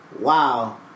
Wow